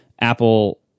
Apple